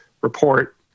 report